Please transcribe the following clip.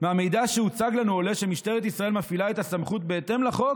"מהמידע שהוצג לנו עולה שמשטרת ישראל מפעילה את הסמכות בהתאם לחוק